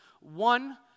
one